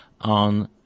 on